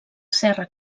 serra